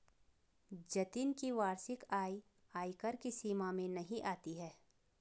जतिन की वार्षिक आय आयकर की सीमा में नही आती है